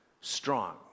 strong